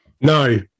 No